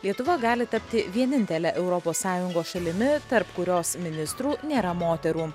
lietuva gali tapti vienintele europos sąjungos šalimi tarp kurios ministrų nėra moterų